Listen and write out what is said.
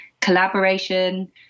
collaboration